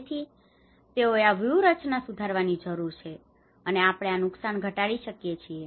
તેથી તેઓએ આ વ્યૂહરચના સુધારવાની જરૂર છે અને આપણે આ નુકસાન ઘટાડી શકીએ છીએ